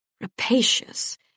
Rapacious